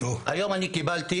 היום קיבלתי